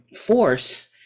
force